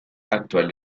actual